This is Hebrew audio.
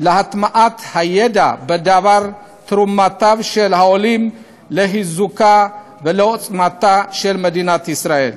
להטמעת הידע בדבר תרומתם של העולים לחיזוקה ולעוצמתה של מדינת ישראל,